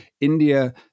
India